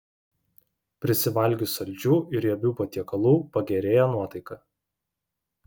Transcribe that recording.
prisivalgius saldžių ir riebių patiekalų pagerėja nuotaika